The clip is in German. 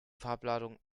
farbladung